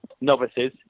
novices